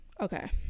Okay